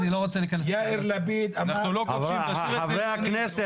יאיר לפיד אמר --- חברי הכנסת,